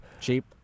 cheap